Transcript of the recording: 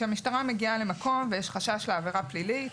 כשהמשטרה מגיעה למקום שבו יש חשש לעבירה פלילית,